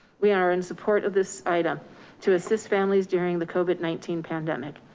we are in support of this item to assist families during the covid nineteen pandemic.